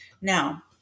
Now